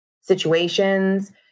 situations